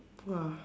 !wah!